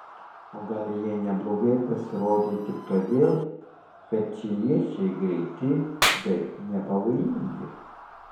o gal jie neblogai pasirodė tik todėl kad čiliečiai greiti bet nepavojingi